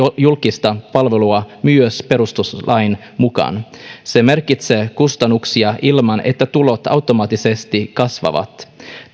julkista palvelua myös perustuslain mukaan se merkitsee kustannuksia ilman että tulot automaattisesti kasvavat